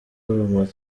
urumuri